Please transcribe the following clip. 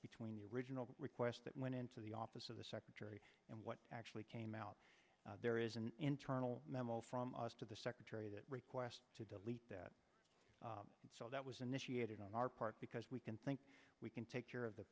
between the original request that went into the office of the secretary and what actually came out there is an internal memo from us to the secretary that request to delete that and so that was initiated on our part because we can think we can take care of the